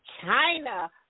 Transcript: China